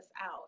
out